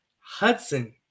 Hudson